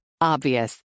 Obvious